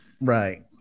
Right